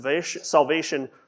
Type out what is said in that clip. salvation